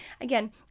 again